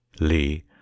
Lee